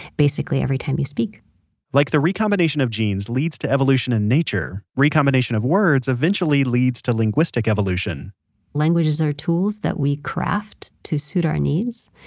basically every time you speak like the recombination of genes leads to evolution in nature, recombination of words eventually leads to linguistic evolution languages are tools that we craft to suit our needs,